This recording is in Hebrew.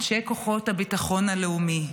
אנשי כוחות הביטחון הלאומי,